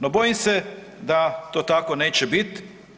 No bojim se da to tako neće biti.